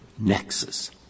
nexus